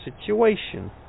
situation